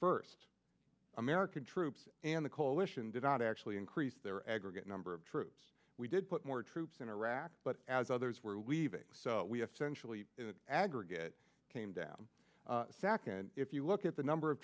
first american troops and the coalition did not actually increase their aggregate number of troops we did put more troops in iraq but as others were leaving we have centrally in the aggregate came down sac and if you look at the number of